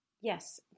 yes